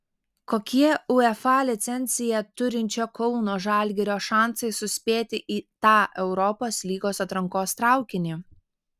kokie uefa licenciją turinčio kauno žalgirio šansai suspėti į tą europos lygos atrankos traukinį